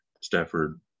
Stafford